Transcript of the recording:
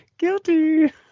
guilty